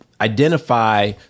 identify